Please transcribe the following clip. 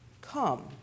come